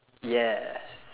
yes